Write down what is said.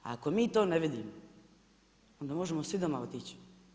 Ako mi to ne vidimo, onda možemo svi doma otići.